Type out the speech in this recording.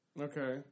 Okay